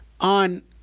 on